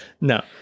No